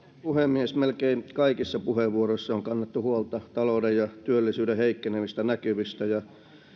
puhemies melkein kaikissa puheenvuoroissa on kannettu huolta talouden ja työllisyyden heikkenevistä näkymistä ja